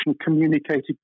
communicated